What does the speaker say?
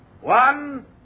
One